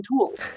tools